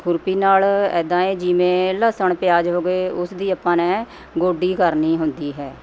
ਖੁਰਪੀ ਨਾਲ ਇੱਦਾਂ ਹੈ ਜਿਵੇਂ ਲਸਣ ਪਿਆਜ਼ ਹੋ ਗਏ ਉਸ ਦੀ ਆਪਾਂ ਨੇ ਗੋਡੀ ਕਰਨੀ ਹੁੰਦੀ ਹੈ